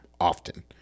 often